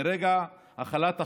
מרגע החלת החוק,